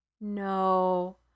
No